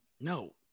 No